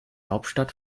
hauptstadt